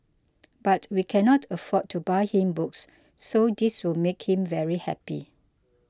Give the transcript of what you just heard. but we cannot afford to buy him books so this will make him very happy